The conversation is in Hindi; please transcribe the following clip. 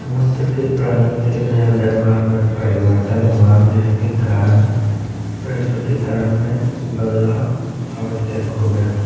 मंदिर के प्रांगण से महल दरबार में परिवर्तन हुआ जिसके कारण प्रस्तुतिकरण में बदलाव आवश्यक हो गया